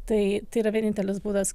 tai tai yra vienintelis būdas